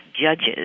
judges